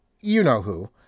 you-know-who